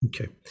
Okay